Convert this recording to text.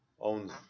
owns